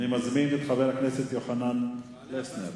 אני מזמין את חבר הכנסת יוחנן פלסנר.